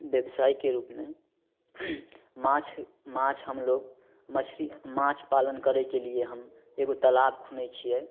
बेवसाइके रूपमे माछ माछ हमलोक मछरी माछ पालन करैके लिए हम एगो तलाब खुनै छिए